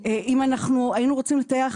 אם היינו רוצים לטייח,